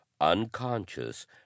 unconscious